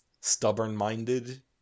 stubborn-minded